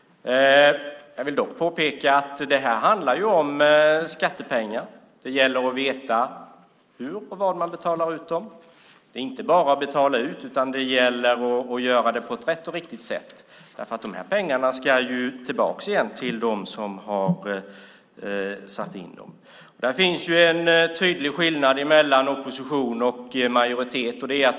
Jag vill påpeka att det handlar om skattepengar. Det gäller att veta hur man betalar ut dem. Det är inte bara att betala ut. Det gäller att göra det på rätt sätt. De här pengarna ska ju tillbaka till dem som har satt in dem. Här är det en tydlig skillnad mellan opposition och majoritet.